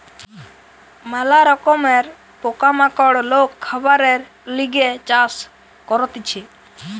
ম্যালা রকমের পোকা মাকড় লোক খাবারের লিগে চাষ করতিছে